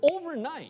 overnight